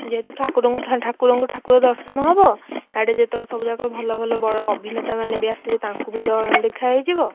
ଯେହେତୁ ଠାକୁରଙ୍କୁ ଠାକୁର ଦର୍ଶନ ହବ ଆଡ଼େ ଯେତେକ ଭଲ ଭଲ ବଡ଼ ଅଭିନେତାମାନେ ଆସିଥିବେ ତାଙ୍କୁ ବି ଦେଖା ହେଇଯିବ